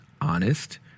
honest